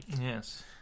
Yes